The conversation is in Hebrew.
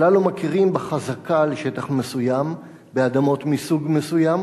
הללו מכירים בחזקה על שטח מסוים באדמות מסוג מסוים